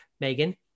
Megan